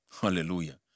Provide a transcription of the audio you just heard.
Hallelujah